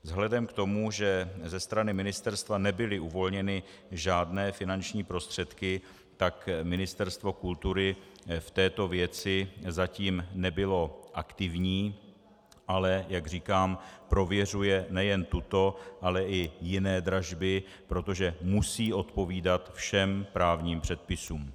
Vzhledem k tomu, že ze strany ministerstva nebyly uvolněny žádné finanční prostředky, tak Ministerstvo kultury v této věci zatím nebylo aktivní, ale jak říkám, prověřuje nejen tuto, ale i jiné dražby, protože musí odpovídat všem právním předpisům.